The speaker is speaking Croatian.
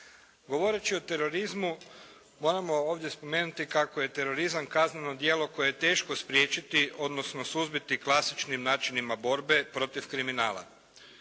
Govoreći o terorizmu moramo ovdje spomenuti kako je terorizam kazneno djelo koje je teško spriječiti, odnosno suzbiti klasičnim načinima borbe protiv kriminala.